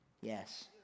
Yes